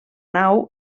nau